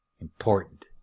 important